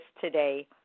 today